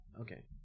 Okay